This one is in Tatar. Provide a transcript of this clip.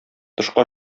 тышка